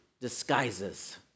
disguises